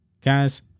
Guys